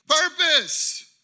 Purpose